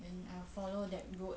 then I will follow that road